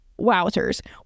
Wowzers